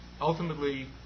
ultimately